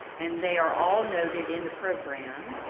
and they are all noted in the program.